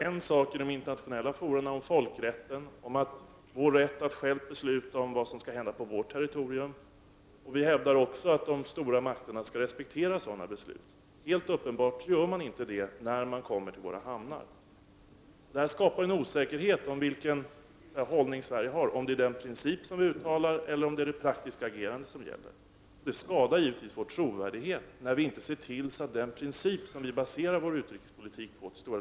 I internationella fora hävdar vi folkrätten och vår rätt att själva besluta om vårt territorium, och vi hävdar också att stormakterna skall respektera sådana beslut. Helt uppenbart gör man inte det när man kommer till våra hamnar. Detta skapar osäkerhet om vilken hållning Sverige intar. Är det den princip vi uttalar eller det praktiska agerandet som gäller? Det skadar givetvis vår trovärdighet när vi inte ser till att den princip som vi baserar vår utrikespolitik på följs.